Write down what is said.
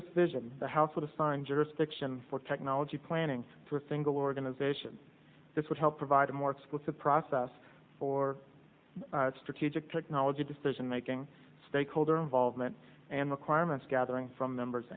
this vision the house would assign jurisdiction for technology planning to a single organization this would help provide a more explicit process for strategic technology decision making stakeholder involvement and requirements gathering from members